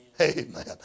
Amen